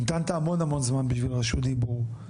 המתנת המון זמן בשביל רשות הדיבור,